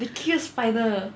they kill spider